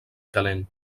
calent